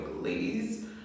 ladies